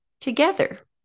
together